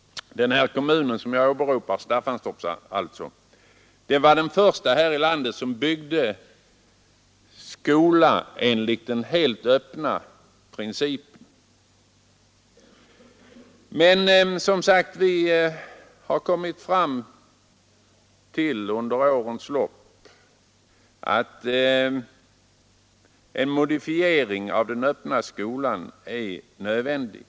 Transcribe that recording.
Denna kommun, Staffanstorp, var den första här i landet som byggde en skola helt enligt den s.k. öppna principen, men vi har som sagt under årens lopp kommit fram till att en modifiering av den öppna skolan är nödvändig.